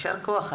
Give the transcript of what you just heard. יישר כח.